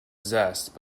zest